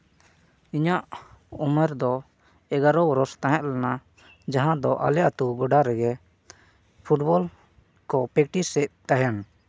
ᱤᱧᱟᱹᱜ ᱩᱢᱮᱨ ᱫᱚ ᱮᱜᱟᱨᱳ ᱵᱚᱨᱚᱥ ᱛᱟᱦᱮᱸ ᱞᱮᱱᱟ ᱡᱟᱦᱟᱸ ᱫᱚ ᱟᱞᱮ ᱟᱛᱳ ᱜᱚᱰᱟ ᱨᱮᱜᱮ ᱯᱷᱩᱴᱵᱚᱞ ᱠᱚ ᱯᱮᱠᱴᱤᱥ ᱮᱜ ᱛᱟᱦᱮᱱ